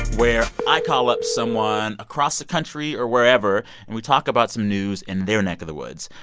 where. i call up someone across the country or wherever and we talk about some news in their neck of the woods.